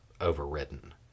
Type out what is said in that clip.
overridden